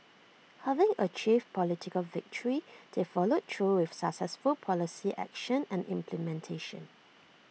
having achieved political victory they followed through with successful policy action and implementation